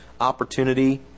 opportunity